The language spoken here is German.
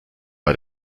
bei